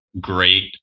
great